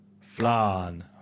Flan